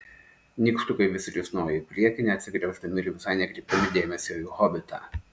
nykštukai vis risnojo į priekį neatsigręždami ir visai nekreipdami dėmesio į hobitą